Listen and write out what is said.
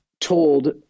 told